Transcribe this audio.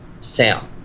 Sam